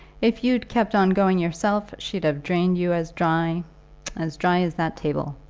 if you'd kept on going yourself she'd have drained you as dry as dry as that table.